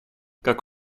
как